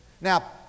Now